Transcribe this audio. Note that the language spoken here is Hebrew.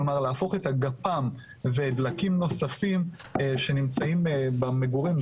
כלומר להפוך את הגפ"ם ודלקים נוספים שנמצאים במגורים,